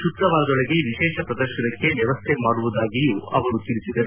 ಶುಕ್ರವಾರದೊಳಗೆ ವಿಶೇಷ ಪ್ರದರ್ಶನಕ್ಕೆ ವ್ಯವಸ್ಥೆ ಮಾಡುವುದಾಗಿಯೂ ತಿಳಿಸಿದರು